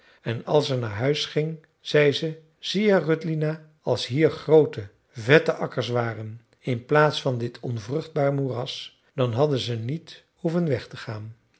en als ze naar huis ging zei ze zie je rödlina als hier groote vette akkers waren in plaats van dit onvruchtbaar moeras dan hadden ze niet hoeven weg te gaan